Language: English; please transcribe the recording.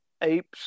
apes